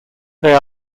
they